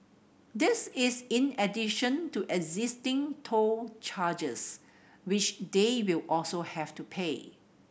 this is in addition to existing toll charges which they will also have to pay